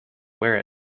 wear